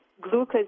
Glucose